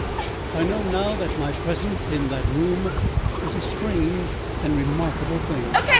i know now that my presence in that room was a strange and remarkable thing,